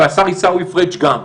והשר עיסאווי פריג' גם.